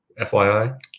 FYI